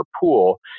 pool